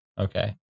Okay